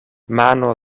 mano